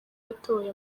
yatoye